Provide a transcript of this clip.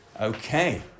Okay